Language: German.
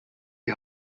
die